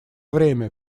время